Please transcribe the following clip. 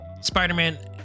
spider-man